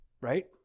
Right